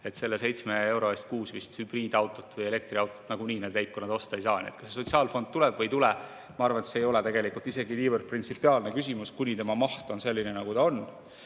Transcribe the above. seitsme euro eest kuus vist hübriidautot või elektriautot nagunii need leibkonnad osta ei saa. Kas see sotsiaalfond tuleb või ei tule, ma arvan, et see ei ole tegelikult isegi niivõrd printsipiaalne küsimus, kuni tema maht on selline, nagu ta on.